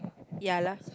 ya lah